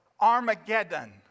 Armageddon